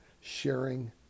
sharing